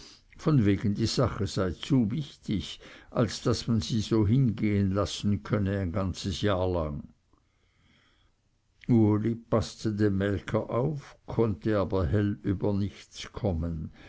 von wegen die sache sei zu wichtig als daß man sie so hingehen lassen könne ein ganzes jahr lang uli paßte dem melker auf konnte aber hell über nichts kommen